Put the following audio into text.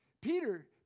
Peter